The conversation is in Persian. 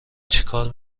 چیکار